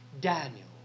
Daniel